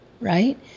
right